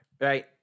right